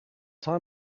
time